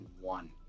one